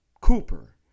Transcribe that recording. Cooper